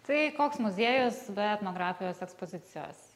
tai koks muziejus be etnografijos ekspozicijos